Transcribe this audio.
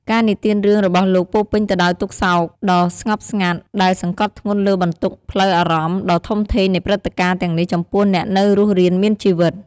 ការនិទានរឿងរបស់លោកពោរពេញទៅដោយទុក្ខសោកដ៏ស្ងប់ស្ងាត់ ដែលសង្កត់ធ្ងន់លើបន្ទុកផ្លូវអារម្មណ៍ដ៏ធំធេងនៃព្រឹត្តិការណ៍ទាំងនេះចំពោះអ្នកនៅរស់រានមានជីវិត។